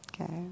okay